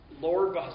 Lord